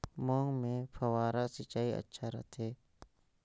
मूंग मे फव्वारा सिंचाई अच्छा रथे?